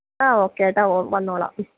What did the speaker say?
ആ ഓക്കേട്ടാ ഓ വന്നോളാം മ്